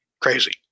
crazy